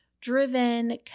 driven